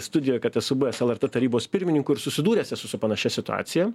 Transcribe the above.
studijoj kad esu buvęs lrt tarybos pirmininku ir susidūręs esu su panašia situacija